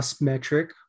metric